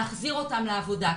להחזיר אותם לעבודה.